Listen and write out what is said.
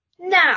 Now